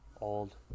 Old